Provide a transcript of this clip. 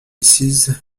mrs